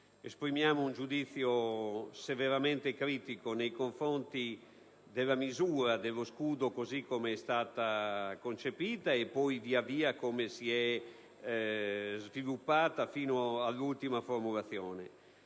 Esprimiamo un giudizio severamente critico nei confronti della misura dello scudo così come è stata concepita e per come si è via via sviluppata fino all'ultima formulazione.